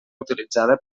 utilitzada